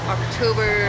October